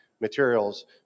materials